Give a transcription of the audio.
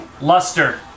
luster